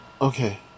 Okay